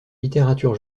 littérature